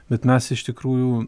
bet mes iš tikrųjų